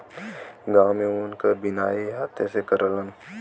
गांव में ऊन क बिनाई हाथे से करलन